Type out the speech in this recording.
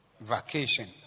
vacation